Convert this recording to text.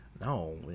No